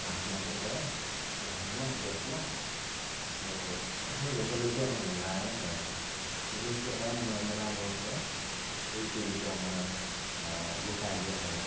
মাঘ মাহটো পৰে বহাগ মাহ জেঠ মাহ আৰু এই জেঠলৈকে আমাৰ মেলাই হয় আৰু বিশেষকৈ এটাই মেলা মনত পৰে এইটো যিটো আমাৰ গোঁসাই উলিওৱা মেলা